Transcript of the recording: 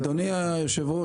אדוני היושב-ראש,